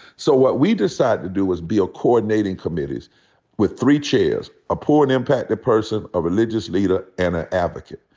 so what we decided to do was be a coordinating committees with three chairs a poor and impacted person, a religious leader, and an advocate.